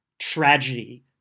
tragedy